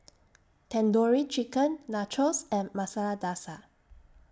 Tandoori Chicken Nachos and Masala Dosa